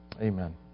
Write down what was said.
Amen